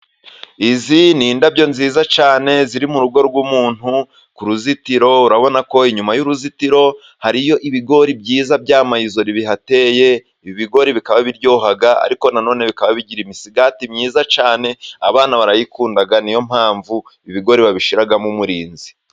Izi ni indabyo nziza cyane ziri mu rugo rw'umuntu ku ruzitiro, urabona ko inyuma y'uruzitiro hariyo ibigori byiza bya mayizori bihateye, ibi bigori bikaba biryoha, ariko na none bigira imisigati myiza cyane, abana barayikunda, ni yo mpamvu ibi bigori babishyiramo umurinzi.